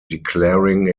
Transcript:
declaring